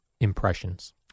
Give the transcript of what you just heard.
impressions